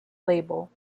label